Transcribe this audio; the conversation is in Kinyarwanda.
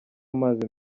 amazi